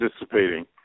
dissipating